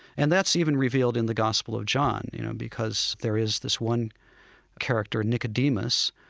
and that's even revealed in the gospel of john, you know, because there is this one character, nicodemus,